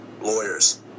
lawyers